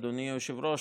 אדוני היושב-ראש,